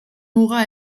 muga